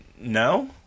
no